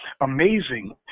amazing